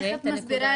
איך את מסבירה את זה?